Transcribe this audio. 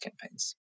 campaigns